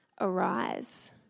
Arise